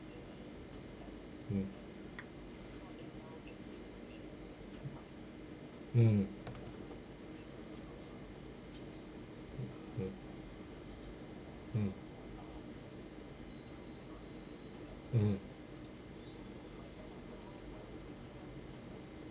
mm mm mm mm mm